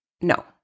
no